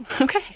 Okay